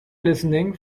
listing